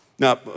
Now